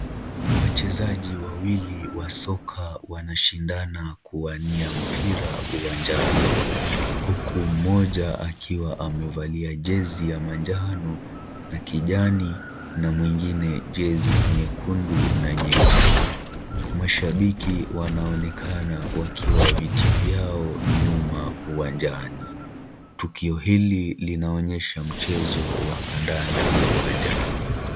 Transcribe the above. Wachezaji wawili wa soka wanashindana kuwaania mpira uwanjani huku mmoja akiwa amevalia jezi ya manjano na kijani na mwingine jezi nyekundu na nyeusi. Mashabiki wanaonekana wakiwa viti vyao nyuma uwanjani. Tukio hili linaonyesha mchezo wa kandanda uwanjani.